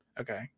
okay